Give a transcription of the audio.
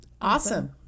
Awesome